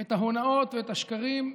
את ההונאות ואת השקרים בתמימות,